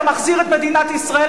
אתה מחזיר את מדינת ישראל,